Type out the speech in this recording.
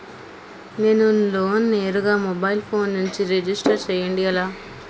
నేను లోన్ నేరుగా mobile phone నుంచి రిజిస్టర్ చేయండి ఎలా?